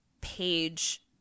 page